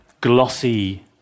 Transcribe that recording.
glossy